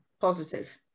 positive